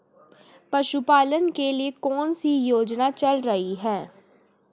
पशुपालन के लिए कौन सी योजना चल रही है?